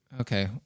Okay